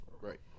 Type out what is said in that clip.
Right